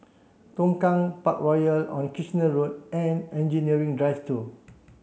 Tongkang Parkroyal on Kitchener Road and Engineering Drive two